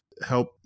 help